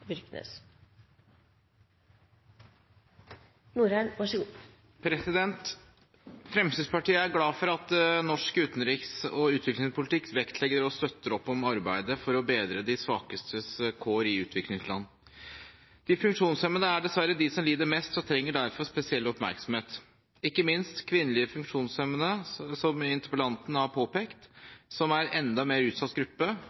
glad for at norsk utenriks- og utviklingspolitikk vektlegger og støtter opp om arbeidet for å bedre de svakestes kår i utviklingsland. De funksjonshemmede er dessverre de som lider mest, og trenger derfor spesiell oppmerksomhet, spesielt kvinnelige funksjonshemmede, som interpellanten har påpekt, som er en enda mer utsatt gruppe,